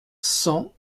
cent